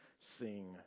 sing